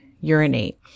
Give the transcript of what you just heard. urinate